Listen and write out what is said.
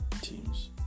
teams